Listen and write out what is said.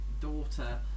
daughter